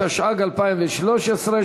התשע"ג 2013,